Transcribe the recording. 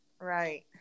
Right